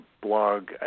blog